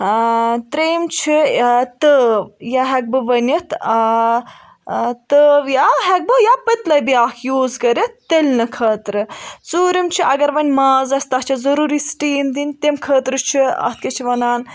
آ ترٛیٚیِم چھُ تٲو یا ہیٚکہٕ بہٕ وونِتھ آ تٲو یا ہیکہٕ بہٕ یا پٔتِلَے بیاکھ یوٗز کٔرِتھ تٔلِنہٕ خٲطرٕ ژورَم چھُ اگر وۄنۍ ماز آسہِ تَتھ چھِ ضروٗری سِٹیٖم دِنۍ تمہِ خٲطرٕ چھِ اَتھ کیاہ چھِ ونان